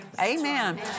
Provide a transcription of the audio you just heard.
Amen